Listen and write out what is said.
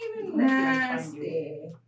nasty